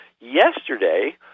Yesterday